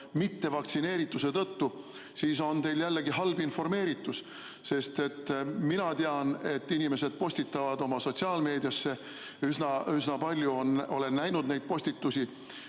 mittevaktsineerituse tõttu, siis on teil jällegi halb informeeritus. Mina tean, et inimesed postitavad seda sotsiaalmeediasse, üsna palju olen näinud neid postitusi,